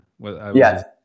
yes